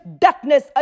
darkness